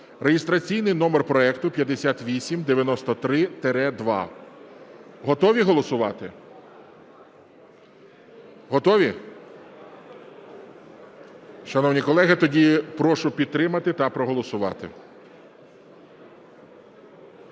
(реєстраційний номер проекту 5893-2). Готові голосувати? Готові? Шановні колеги, тоді прошу підтримати та проголосувати.